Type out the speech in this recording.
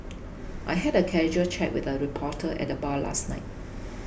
I had a casual chat with a reporter at the bar last night